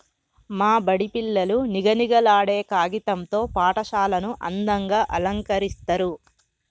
మా బడి పిల్లలు నిగనిగలాడే కాగితం తో పాఠశాలను అందంగ అలంకరిస్తరు